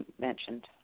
mentioned